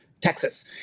Texas